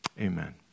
amen